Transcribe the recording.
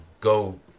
go